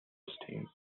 esteem